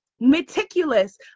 meticulous